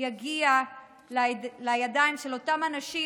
יגיע לידיים של אותם אנשים,